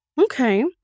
Okay